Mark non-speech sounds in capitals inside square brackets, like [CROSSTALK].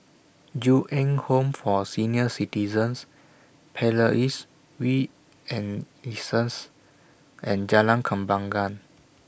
Ju Eng Home For Senior Citizens Palais We and [UNINTELLIGIBLE] and Jalan Kembangan